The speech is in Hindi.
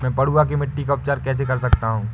मैं पडुआ की मिट्टी का उपचार कैसे कर सकता हूँ?